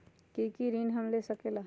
की की ऋण हम ले सकेला?